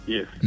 Yes